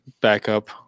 backup